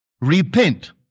Repent